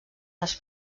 les